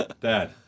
Dad